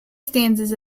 stanzas